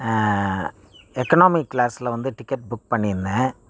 economic க்ளாஸ்சில் வந்து ticket book பண்ணியிருந்தேன்